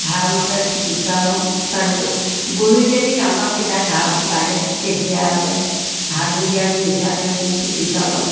ভালমতে চিকিৎসা লওঁ ছাগলী গৰু যদি কাণত কিবা ঘাঁ লাগে তেতিয়াহ'লে হালধি আৰু মিঠাতেল দি চিকিৎসা লওঁ